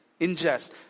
Ingest